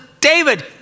David